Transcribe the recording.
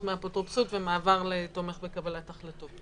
מהאפוטרופסות ומעבר לתומך בקבלת החלטות.